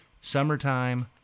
summertime